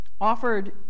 offered